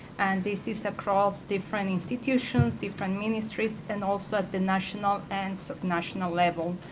and this is across different institutions, different ministries, and also at the national and so national level,